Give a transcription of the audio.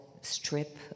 strip